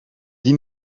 die